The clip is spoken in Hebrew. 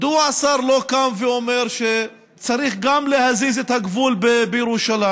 מדוע השר לא קם ואומר שצריך להזיז גם את הגבול בירושלים?